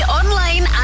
online